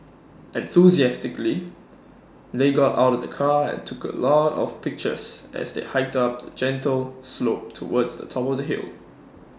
enthusiastically they got out of the car and took A lot of pictures as they hiked up the gentle slope towards the top of the hill